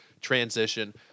transition